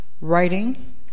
writing